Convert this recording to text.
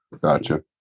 Gotcha